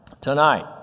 tonight